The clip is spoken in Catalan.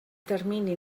termini